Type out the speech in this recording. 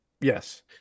Yes